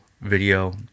video